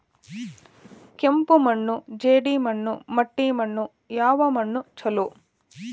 ಕೆಂಪು ಮಣ್ಣು, ಜೇಡಿ ಮಣ್ಣು, ಮಟ್ಟಿ ಮಣ್ಣ ಯಾವ ಮಣ್ಣ ಛಲೋ?